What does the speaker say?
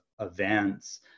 events